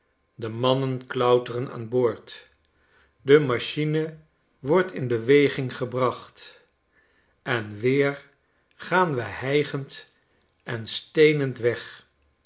de mannen klauteren aan boord de machine wordt in beweging gebracht en weer gaan we hijgend en stenend weg